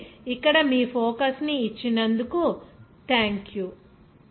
కాబట్టి ఇక్కడ మీ ఫోకస్ ని ఇచ్చినందుకు థాంక్యూ